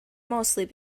mostly